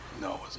no